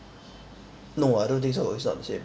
no I don't think so it's not same